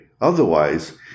Otherwise